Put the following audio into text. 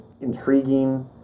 intriguing